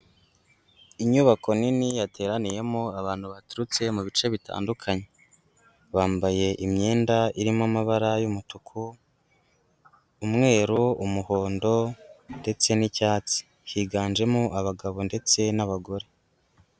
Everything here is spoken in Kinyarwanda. Inyubako nini yateraniyemo abantu baturutse mu bice bitandukanye, bambaye imyenda irimo amabara y'umutuku, umweru, umuhondo ndetse n'icyatsi, higanjemo abagabo ndetse n'abagore.